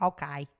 Okay